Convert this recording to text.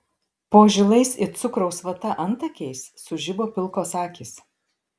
po žilais it cukraus vata antakiais sužibo pilkos akys